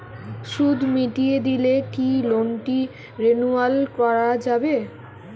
সুদ মিটিয়ে দিলে কি লোনটি রেনুয়াল করাযাবে?